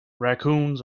raccoons